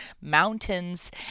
mountains